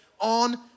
on